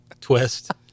twist